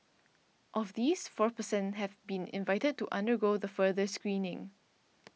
of these four per cent have been invited to undergo the further screening